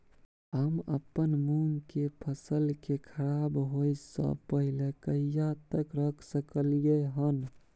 हम अपन मूंग के फसल के खराब होय स पहिले कहिया तक रख सकलिए हन?